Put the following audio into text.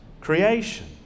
creation